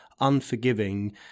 unforgiving